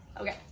Okay